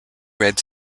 red